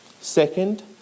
second